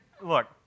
look